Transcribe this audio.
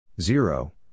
zero